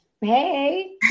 Hey